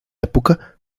època